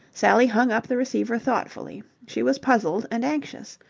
sally hung up the receiver thoughtfully. she was puzzled and anxious.